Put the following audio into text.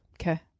Okay